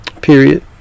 Period